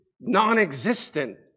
non-existent